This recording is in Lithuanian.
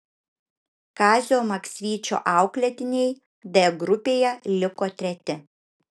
kazio maksvyčio auklėtiniai d grupėje liko treti